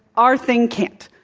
our thing can't.